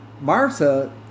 Martha